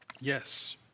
Yes